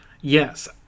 Yes